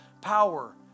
power